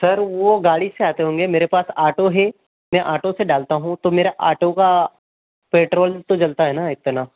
sir वो गाड़ी से आते होंगे मेरे पास आटो है मैं आटो से डालता हूँ तो मेरा आटो का पेट्रोल तो जलता है न इतना